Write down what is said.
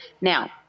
now